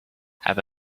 have